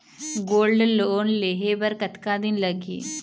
Gold loan लेहे बर कतका दिन लगही?